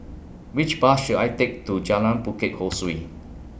Which Bus should I Take to Jalan Bukit Ho Swee